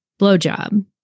blowjob